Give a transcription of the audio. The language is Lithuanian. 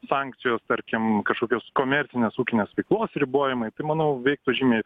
sankcijos tarkim kažkokios komercinės ūkinės veiklos ribojimai tai manau veiktų žymiai